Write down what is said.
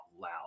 loud